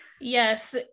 Yes